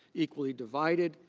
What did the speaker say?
equally divided.